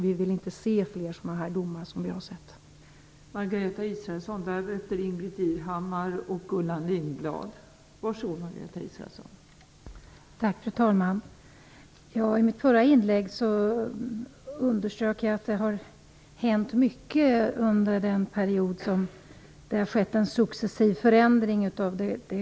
Vi vill inte se fler domar av det slag som vi har sett här.